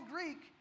Greek